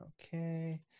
Okay